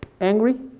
angry